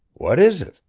what is it?